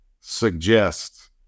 suggest